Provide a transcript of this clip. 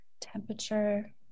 temperature